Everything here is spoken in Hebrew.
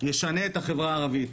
ישנה את החברה הערבית,